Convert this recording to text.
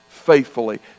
faithfully